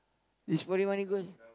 the four D money goes